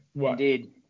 Indeed